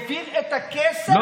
העביר את הכסף,